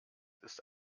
ist